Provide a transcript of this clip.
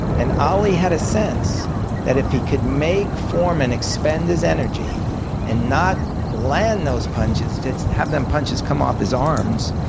and ali had a sense that if he could make foreman expend his energy and not land those punches, to have those punches come off his arms,